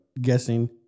guessing